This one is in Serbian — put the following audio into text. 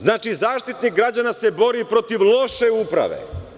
Znači, Zaštitnik građana se bori protiv loše uprave.